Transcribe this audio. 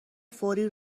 فوری